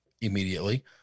immediately